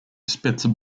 spitzer